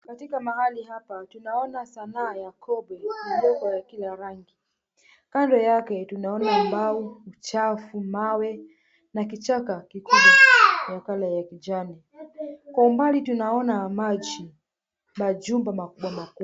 Katika mahali hapa tunaona sanaa ya kobe iliyo ya kila rangi kando yake tunaona mbao, uchafu, mawe na kichaka kikubwa wa colour ya kijani kwa umbali tunaona maji, majumba makubwa makubwa.